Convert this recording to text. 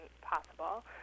possible